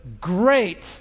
great